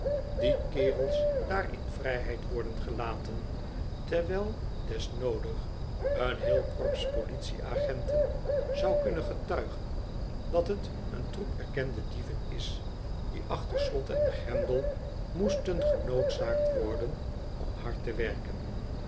die kerels daar in vrijheid worden gelaten terwijl desnoodig een heel korps politie-agenten zou kunnen getuigen dat het een troep erkende dieven is die achter slot en grendel moesten genoodzaakt worden om hard te werken